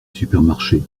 supermarché